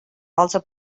also